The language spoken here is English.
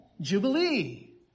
jubilee